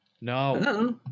No